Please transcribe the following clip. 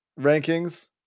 rankings